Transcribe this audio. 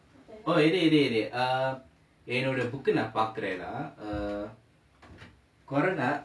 oh இரு இரு இரு:iru iru iru err என்னோட:enoda book நான் பார்க்கிறேன்:naan paarkkiraen lah